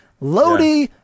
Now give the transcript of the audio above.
Lodi